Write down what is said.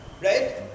right